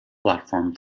platform